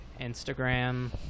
Instagram